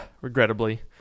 regrettably